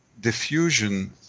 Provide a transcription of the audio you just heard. diffusion